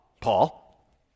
Paul